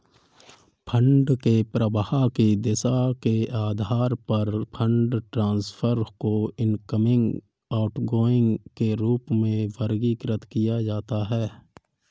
fund के प्रवाह की दिशा के आधार पर फंड ट्रांसफर को इनकमिंग, आउटगोइंग के रूप में वर्गीकृत किया जाता है